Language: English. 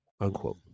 unquote